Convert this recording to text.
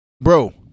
bro